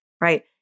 right